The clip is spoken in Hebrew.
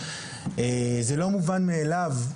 זה לא מובן מאליו,